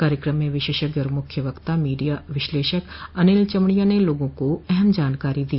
कार्यक्रम में विशेषज्ञ और मुख्य वक्ता मीडिया विश्लेषक अनिल चमड़िया ने लोगों को अहम जानकारी दी